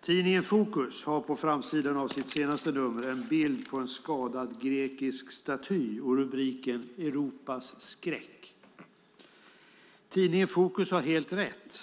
Tidningen Fokus har på framsidan av sitt senaste nummer en bild på en skadad grekisk staty och rubriken Europas skräck. Tidningen Fokus har helt rätt.